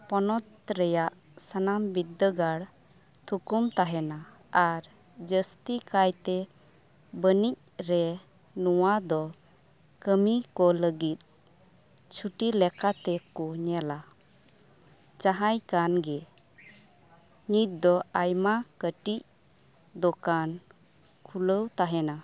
ᱯᱚᱱᱚᱛ ᱨᱮᱱᱟᱜ ᱥᱟᱱᱟᱢ ᱵᱤᱫᱽᱫᱟᱹᱜᱟᱲ ᱛᱷᱩᱠᱩᱢ ᱛᱟᱦᱮᱱᱟ ᱟᱨ ᱡᱟᱹᱥᱛᱤ ᱠᱟᱭᱛᱮ ᱵᱟᱹᱱᱤᱡᱽ ᱨᱮ ᱱᱚᱣᱟ ᱫᱚ ᱠᱟᱹᱢᱤᱭᱟᱹ ᱠᱚ ᱞᱟᱹᱜᱤᱫ ᱪᱷᱩᱴᱤ ᱞᱮᱠᱟᱛᱮ ᱠᱚ ᱧᱮᱞᱟ ᱡᱟᱦᱟᱸᱭ ᱠᱟᱱ ᱜᱮ ᱱᱤᱛ ᱫᱚ ᱟᱭᱢᱟ ᱠᱟᱹᱴᱤᱡ ᱫᱚᱠᱟᱱ ᱠᱷᱩᱞᱟᱹᱣ ᱛᱟᱦᱮᱱᱟ